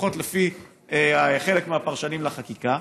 לפחות לפי חלק מהפרשנים לחקיקה.